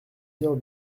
heures